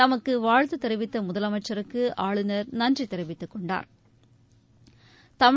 தமக்கு வாழ்த்து தெிவித்த முதலமைச்சருக்கு ஆளுநர் நன்றி தெரிவித்துக் கொண்டாா்